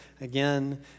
again